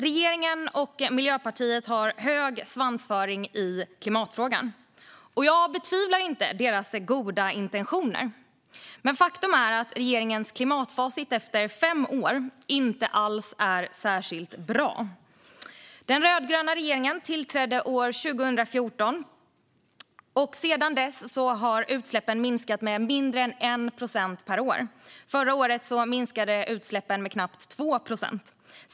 Regeringen och Miljöpartiet har hög svansföring i klimatfrågan. Jag betvivlar inte deras goda intentioner. Men faktum är att regeringens klimatfacit efter fem år inte alls är särskilt bra. Den rödgröna regeringen tillträdde 2014. Sedan dess har utsläppen minskat med mindre än 1 procent per år. Förra året minskade utsläppen med knappt 2 procent.